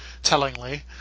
tellingly